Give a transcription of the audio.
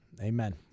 Amen